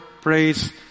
praise